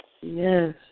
Yes